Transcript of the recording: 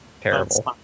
terrible